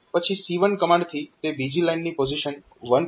પછી C1 કમાન્ડથી તે બીજી લાઇનની પોઝીશન 1 પર જમ્પ કરશે